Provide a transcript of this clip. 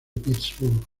pittsburgh